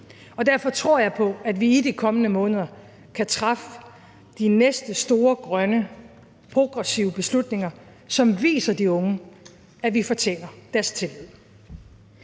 Derfor tror jeg på, at vi i de kommende måneder kan træffe de næste store, grønne og progressive beslutninger, som viser de unge, at vi fortjener deres tillid.